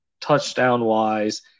Touchdown-wise